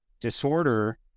disorder